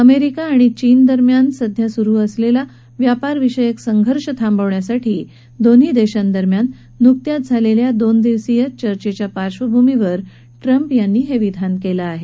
America आणि चीनदरम्यान सुरु असलेला व्यापारविषयक संघर्ष थांबवण्यासाठी दोन्ही देशांदरम्यान नुकत्याच झालेल्या दोन दिवसीय चर्चेच्या पार्बभूमीवर ट्रंप यांनी हे विधान केलं आहे